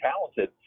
talented